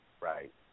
Right